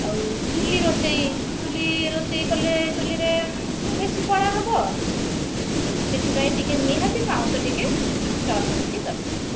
ଆଉ ଚୁଲ୍ହି ରୋଷେଇ ଚୁଲ୍ହି ରୋଷେଇ କଲେ ଚୁଲ୍ହିରେ ବେଶୀ କଳା ହେବ ସେଥିପାଇଁ ଟିକେ ନିହାତି ପାଉଁଶ ଟିକେ ସର୍ପ ଟିକେ ଦରକାର